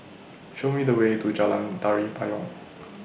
Show Me The Way to Jalan Tari Payong